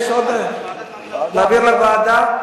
להעביר לוועדה.